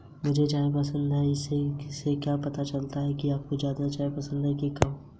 क्या यू.पी.आई के माध्यम से धन भेजने से पहले ग्राहक को लाभार्थी को एड करना होगा?